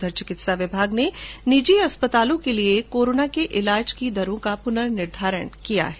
उधर चिकित्सा विभाग ने निजी अस्पतालों के लिए कोरोना के इलाज के दरों का पुनर्निधारण किया है